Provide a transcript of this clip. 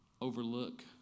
Overlook